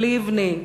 לבני,